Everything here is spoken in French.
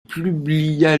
publia